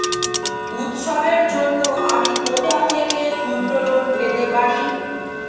উৎসবের জন্য আমি কোথা থেকে ক্ষুদ্র লোন পেতে পারি?